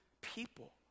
people